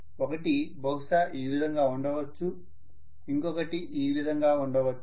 ఒకటి బహుశా ఈ విధంగా ఉండొచ్చు ఇంకొకటి ఈ విధంగా ఉండొచ్చు